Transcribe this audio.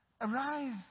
Arise